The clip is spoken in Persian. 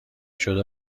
شده